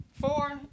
Four